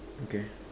okay